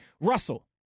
Russell